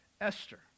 Esther